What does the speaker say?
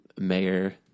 Mayor